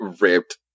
ripped